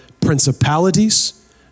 principalities